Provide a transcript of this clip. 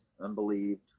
unbelieved